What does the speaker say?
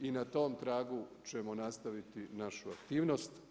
I na tom tragu ćemo nastaviti našu aktivnost.